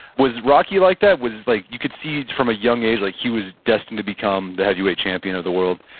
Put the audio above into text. was rocky like that? was it like you could see from a young age like he was destined to become the heavyweight champion of the world?